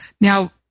Now